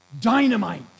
dynamite